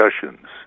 discussions